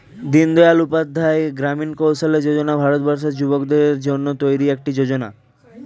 দিনদয়াল উপাধ্যায় গ্রামীণ কৌশল্য যোজনা ভারতবর্ষের যুবকদের জন্য তৈরি একটি যোজনা